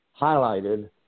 highlighted